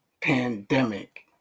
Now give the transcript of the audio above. pandemic